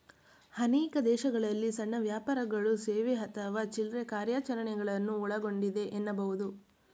ಅನೇಕ ದೇಶಗಳಲ್ಲಿ ಸಣ್ಣ ವ್ಯಾಪಾರಗಳು ಸೇವೆ ಅಥವಾ ಚಿಲ್ರೆ ಕಾರ್ಯಾಚರಣೆಗಳನ್ನ ಒಳಗೊಂಡಿದೆ ಎನ್ನಬಹುದು